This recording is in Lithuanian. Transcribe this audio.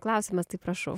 klausimas tai prašau